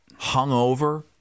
hungover